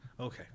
Okay